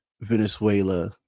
Venezuela